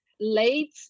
late